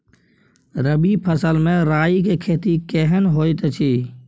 रबी फसल मे राई के खेती केहन होयत अछि?